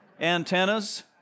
antennas